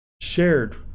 shared